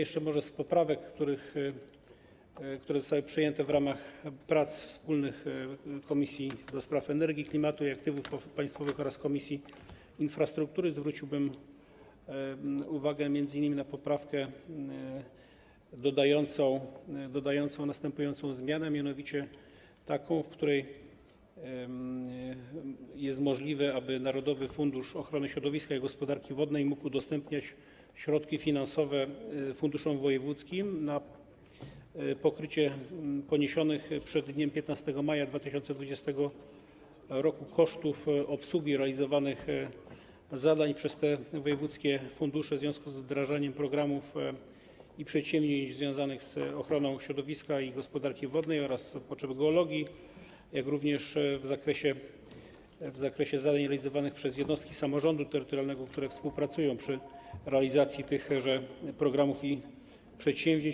Jeszcze może z poprawek, które zostały przyjęte w ramach wspólnych prac Komisji do Spraw Energii, Klimatu i Aktywów Państwowych oraz Komisji Infrastruktury, zwróciłbym uwagę m.in. na poprawkę dodającą następującą zmianę, mianowicie taką, dzięki której jest możliwe, aby Narodowy Fundusz Ochrony Środowiska i Gospodarki Wodnej mógł udostępniać środki finansowe funduszom wojewódzkim na pokrycie poniesionych przed dniem 15 maja 2020 r. kosztów obsługi zadań realizowanych przez te wojewódzkie fundusze w związku z wdrażaniem programów i przedsięwzięć z zakresu ochrony środowiska i gospodarki wodnej oraz potrzeb geologii, jak również w zakresie zadań realizowanych przez jednostki samorządu terytorialnego, które współpracują przy realizacji tychże programów i przedsięwzięć.